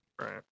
right